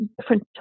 different